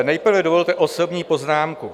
Nejprve dovolte osobní poznámku.